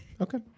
Okay